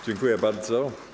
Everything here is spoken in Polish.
Dziękuję bardzo.